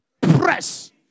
Press